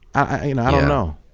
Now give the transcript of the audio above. i don't know.